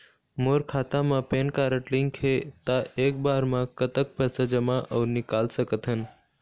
मोर खाता मा PAN card link हे ता एक बार मा कतक पैसा जमा अऊ निकाल सकथन?